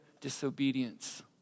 disobedience